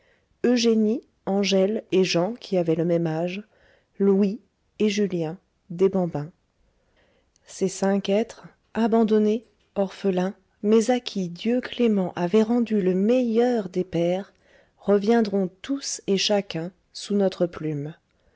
eugénie angèle et jean qui avaient le même âge louis et julien des bambins ces cinq êtres abandonnés orphelins mais à qui dieu clément avait rendu le meilleur des pères reviendront tous et chacun sous notre plume